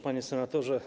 Panie Senatorze!